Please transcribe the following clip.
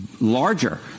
larger